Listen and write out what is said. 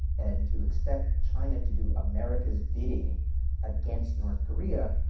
and to expect china to do america's bidding against north korea